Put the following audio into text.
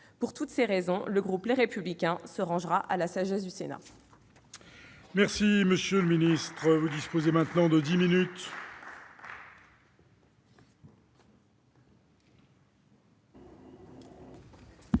Pour toutes ces raisons, le groupe Les Républicains se rangera à la sagesse du Sénat.